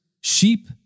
sheep